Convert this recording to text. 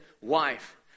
wife